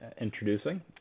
introducing